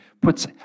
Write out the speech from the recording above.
puts